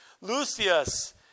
Lucius